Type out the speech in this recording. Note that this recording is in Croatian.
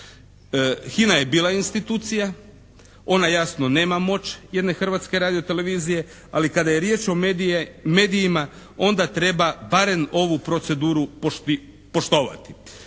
HINA je bila institucija, ona jasno nema moć jedne Hrvatske radio-televizije ali kada je riječ o medijima onda treba barem ovu proceduru poštovati.